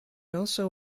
also